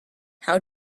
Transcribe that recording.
how